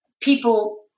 people